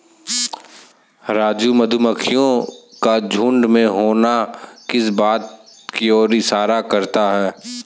राजू मधुमक्खियों का झुंड में होना किस बात की ओर इशारा करता है?